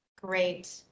Great